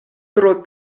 tro